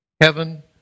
heaven